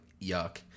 yuck